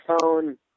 phone